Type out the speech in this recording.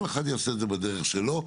כל אחד יעשה את זה בדרך שלו.